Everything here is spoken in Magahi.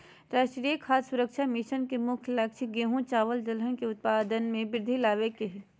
राष्ट्रीय खाद्य सुरक्षा मिशन के मुख्य लक्ष्य गेंहू, चावल दलहन के उत्पाद में वृद्धि लाबे के हइ